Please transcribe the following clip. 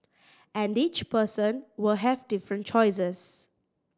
and each person will have different choices